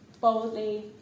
boldly